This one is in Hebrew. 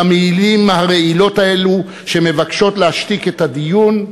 למילים הרעילות האלו שמבקשות להשתיק את הדיון,